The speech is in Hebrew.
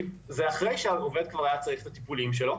כי זה אחרי שהעובד כבר היה צריך את הטיפולים שלו.